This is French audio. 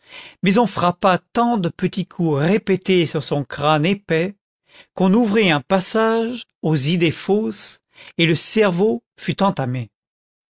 mais on frappa tant de petits coups répétés sur son crâne épais qu'on ouvrit un passage aux idées fausses et le cerveau fut entamé